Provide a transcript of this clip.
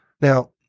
now